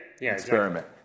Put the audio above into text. experiment